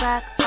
Back